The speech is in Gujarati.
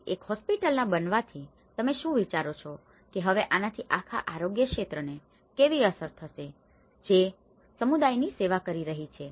તેથી એક હોસ્પિટલના બનવાથી તમે શુ વિચારો છો કે હવે આનાથી આખા આરોગ્ય ક્ષેત્રને કેવી અસર થશે જે સમુદાયની સેવા કરી રહી છે